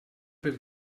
per